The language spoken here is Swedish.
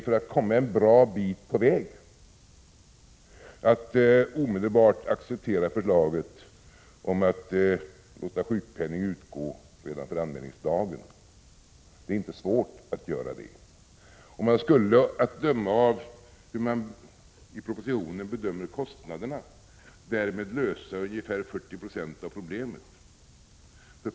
För att komma en bra bit på väg skulle man kunna tänka sig att omedelbart acceptera förslaget att låta sjukpenning utgå redan från anmälningsdagen. Det är inte svårt att göra det. Att döma av hur man i propositionen beräknar kostnaderna skulle ungefär 40 20 av problemet lösas.